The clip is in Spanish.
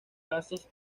casos